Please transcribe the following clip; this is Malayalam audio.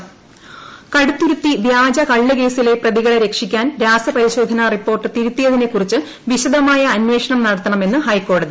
വ്യാജക്കള്ള് കടുത്തുരുത്തി വ്യാജക്കള്ള് കേസിലെ പ്രതികളെ രക്ഷിക്കാൻ രാസപരിശോധനാ റിപ്പോർട്ട് തിരുത്തിയതിനെ കുറിച്ച് വിശദമായ അന്വേഷണം നടത്തണം എന്ന് ഹൈക്കോടതി